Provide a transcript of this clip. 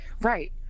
right